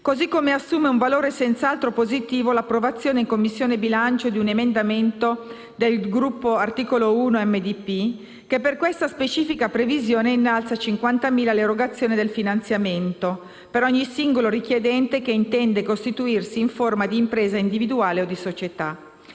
così come assume un valore senz'altro positivo l'approvazione in 5a Commissione di un emendamento del Gruppo Articolo 1-MDP che per questa specifica previsione innalza a 50.000 euro l'erogazione del finanziamento per ogni singolo richiedente che intende costituirsi in forma di impresa individuale o di società.